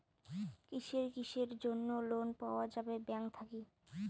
কিসের কিসের জন্যে লোন পাওয়া যাবে ব্যাংক থাকি?